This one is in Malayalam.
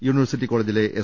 യൂണിവേഴ്സിറ്റി കോളേജിലെ എസ്